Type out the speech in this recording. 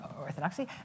Orthodoxy